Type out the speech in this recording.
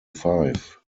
five